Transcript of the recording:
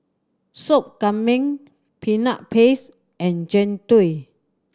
Soup Kambing Peanut Paste and Jian Dui